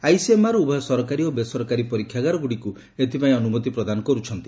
ICMR ଉଭୟ ସରକାରୀ ଓ ବେସରକାରୀ ପରୀକ୍ଷାଗାରଗୁଡ଼ିକୁ ଏଥିପାଇଁ ଅନୁମତି ପ୍ରଦାନ କରିଛି